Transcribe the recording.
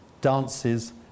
dances